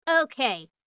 Okay